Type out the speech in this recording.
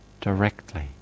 directly